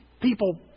people